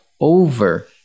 over